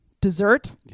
dessert